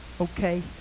Okay